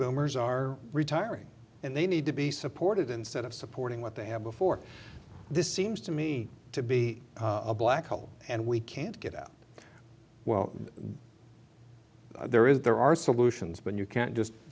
boomers are retiring and they need to be supported instead of supporting what they have before this seems to me to be a black hole and we can't get out well there is there are solutions but you can't just